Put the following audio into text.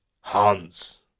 Hans